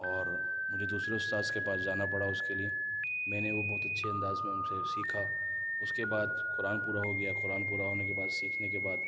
اور مجھے دوسرے استاذ کے پاس جانا پڑا اس کے لئے میں نے وہ بہت اچھے انداز میں ان سے سیکھا اس کے بعد قرآن پورا ہو گیا قرآن پورا ہونے کے بعد سیکھنے کے بعد